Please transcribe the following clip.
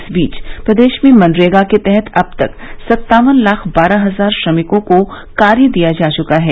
इस बीच प्रदेश में मनरेगा के तहत अब तक सत्तावन लाख बारह हजार श्रमिकों को कार्य दिया जा चुका है